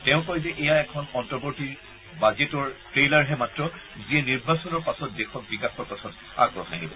তেওঁ কয় যে এইয়া এখন অন্তৱৰ্তী বাজেটৰ ট্ৰেইলাৰহে মাত্ৰ যিয়ে নিৰ্বাচনৰ পাছত দেশক বিকাশৰ পথত আগবঢ়াই নিব